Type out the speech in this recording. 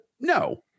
No